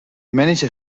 manager